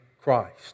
Christ